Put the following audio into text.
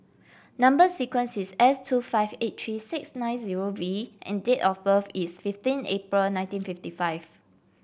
number sequence is S two five eight three six nine zero V and date of birth is fifteen April nineteen fifty five